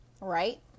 Right